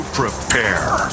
prepare